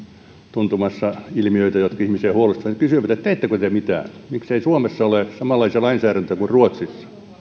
tuntumassa ilmiöitä jotka ihmisiä huolestuttavat kysyvät teettekö te mitään miksei suomessa ole samanlaista lainsäädäntöä kuin ruotsissa